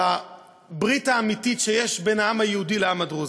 על הברית האמיתית שיש בין העם היהודי לעם הדרוזי.